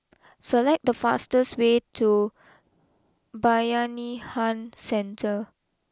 select the fastest way to Bayanihan Centre